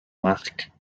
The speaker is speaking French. marc